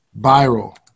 viral